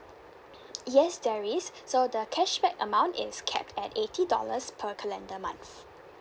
yes there is so the cashback amount is capped at eighty dollars per calendar month